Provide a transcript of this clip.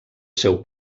seu